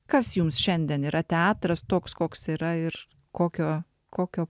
kas jums šiandien yra teatras toks koks yra ir kokio kokio